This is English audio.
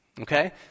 okay